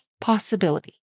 possibility